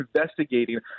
investigating